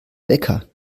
wecker